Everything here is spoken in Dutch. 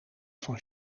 van